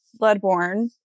Bloodborne